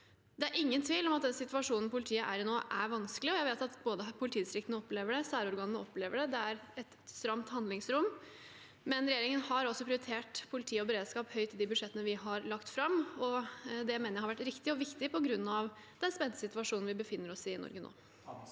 Det er ingen tvil om at den situasjonen politiet er i nå, er vanskelig, og jeg vet at både politidistriktene og særorganene opplever det. Det er et stramt handlingsrom, men regjeringen har prioritert politi og beredskap høyt i de budsjettene den har lagt fram. Det mener jeg har vært riktig og viktig på grunn av den spente situasjonen vi befinner oss i i Norge nå.